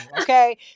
Okay